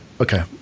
okay